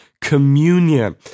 communion